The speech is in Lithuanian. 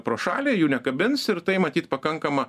pro šalį jų nekabins ir tai matyt pakankama